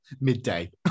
midday